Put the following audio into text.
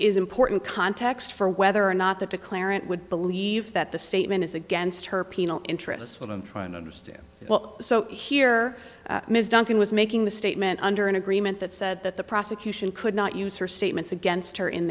is important context for whether or not the declarant would believe that the statement is against her penal interests when i'm trying to understand well so here ms duncan was making the statement under an agreement that said that the prosecution could not use her statements against her in